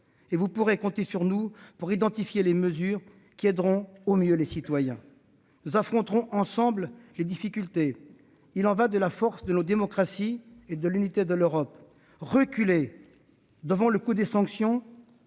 Et vous pourrez compter sur nous pour identifier les mesures qui aideront au mieux nos concitoyens. Nous affronterons ensemble les difficultés : il y va de la force de nos démocraties et de l'unité de l'Europe. Reculer devant le coût des sanctions,